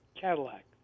Cadillac